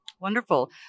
Wonderful